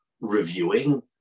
reviewing